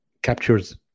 captures